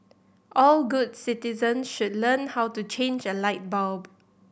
all good citizens should learn how to change a light bulb